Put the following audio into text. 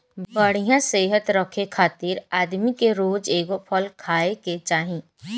बढ़िया सेहत रखे खातिर आदमी के रोज एगो फल खाए के चाही